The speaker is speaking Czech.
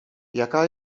jaká